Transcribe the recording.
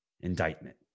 indictment